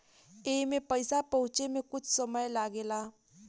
एईमे पईसा पहुचे मे कुछ समय लागेला